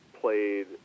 played